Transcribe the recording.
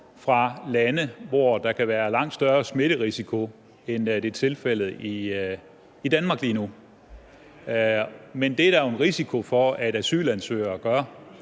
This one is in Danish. fra lande, hvor der kan være langt større smitterisiko, end det er tilfældet i Danmark lige nu. Men det er der jo en risiko for at asylansøgere gør